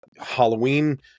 Halloween